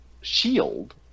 shield